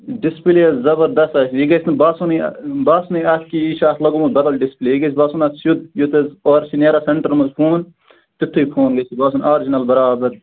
display حظ زَبردَس آسہِ یہِ گژھِ نہٕ باسنُے بانسُے اَتھ کیٛاہ یہِ چھُ اَتھ لگوومُت بَدل ڈِسپیلے یہِ گژھِ باسُن اَتھ چھُ سیٚود یُتھ حظ اورٕ چھُ نیٚران سینٹَرن منٛز فون تِتھُے فون گژھِ یہِ باسُن آرجِنَل بَرابر